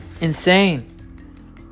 Insane